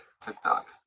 TikTok